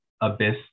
abyss